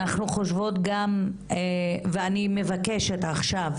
אנחנו חושבות גם, ואני מבקשת עכשיו